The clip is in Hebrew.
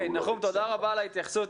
נחום, תודה רבה על ההתייחסות.